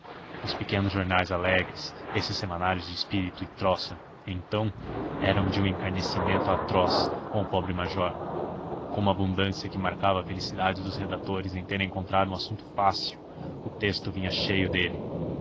os pequenos jornais alegres esses semanários de espírito e troça então eram de um encarniçamento atroz com o pobre major com uma abundância que marcava a felicidade dos redatores em terem encontrado um assunto fácil o texto vinha cheio dele